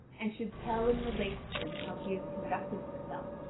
and should tell and relate to him how he has conducted himself.